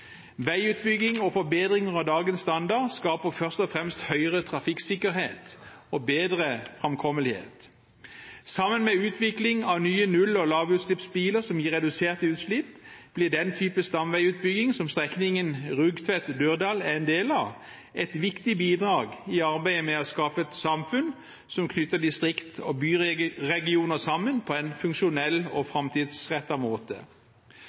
Veiutbygging og forbedringer av dagens standard skaper først og fremst høyere trafikksikkerhet og bedre framkommelighet. Sammen med utvikling av nye null- og lavutslippsbiler som gir reduserte utslipp, blir den type stamveiutbygging som strekningen Rugtvedt–Dørdal er en del av, et viktig bidrag i arbeidet med å skape et samfunn som knytter distrikt og byregioner sammen på en funksjonell og framtidsrettet måte.